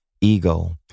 ego